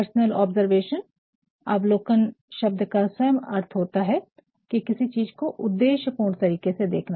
personal observation अवलोकन शब्द का स्वयं तात्पर्य होता है किसी चीज को उद्देश्य पूर्ण तरीके से देखना